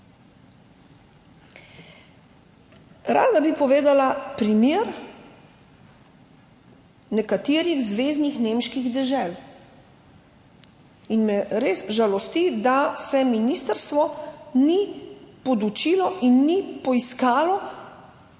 Rada bi povedala primer nekaterih nemških zveznih dežel. Res me žalosti, da se ministrstvo ni podučilo in ni poiskalo